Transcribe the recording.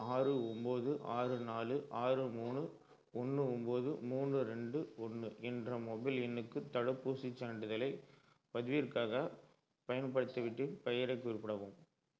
ஆறு ஒன்பது ஆறு நாலு ஆறு மூணு ஒன்று ஒன்போது மூணு ரெண்டு ஒன்று என்ற மொபைல் எண்ணுக்கு தடுப்பூசிச் சான்றிதழைப் பதிவிறக்காக பயன்படுத்தி விட்டு பெயரைக் குறிப்பிடவும்